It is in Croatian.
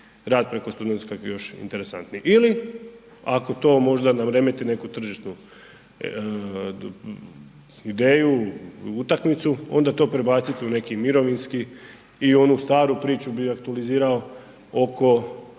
rad preko studentskog još interesantniji ili ako to možda ne remeti neku tržišnu ideju, utakmicu, onda to prebacite u neki mirovinski i onu staru priču bi aktualizirao oko,